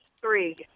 three